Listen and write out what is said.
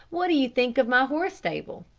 what do you think of my horse stable?